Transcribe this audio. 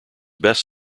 best